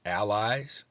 allies